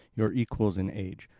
your equals in age.